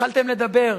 התחלתם לדבר.